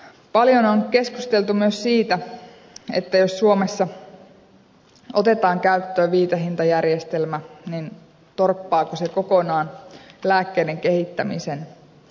paljon on keskusteltu myös siitä että jos suomessa otetaan käyttöön viitehintajärjestelmä niin torppaako se kokonaan lääkkeiden kehittämisen